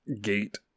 gate